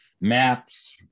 maps